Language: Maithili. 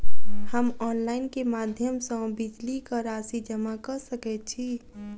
हम ऑनलाइन केँ माध्यम सँ बिजली कऽ राशि जमा कऽ सकैत छी?